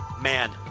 man